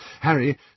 Harry